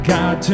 God